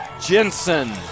Jensen